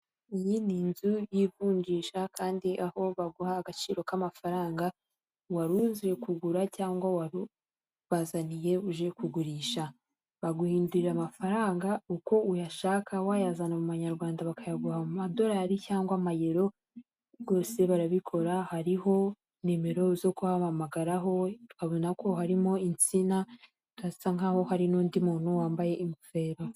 Iyi ni inzu yivunjisha kandi aho baguha agaciro k'amafaranga wari uje kugura cyangwa wari ubazaniye uje kugurisha, baguhindurira amafaranga uko uyashaka wayazana mu manyarwanda bakayaguha mu madolari cyangwa amayero rwose barabikora hariho nimero zo kubahamagaraho, tubabona ko harimo insina hasa nk'aho hari n'undi muntu wambaye ingofero.